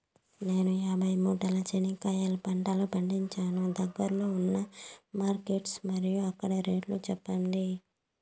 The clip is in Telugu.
నేను యాభై మూటల చెనక్కాయ పంట పండించాను దగ్గర్లో ఉన్న మార్కెట్స్ మరియు అక్కడ రేట్లు చెప్పండి?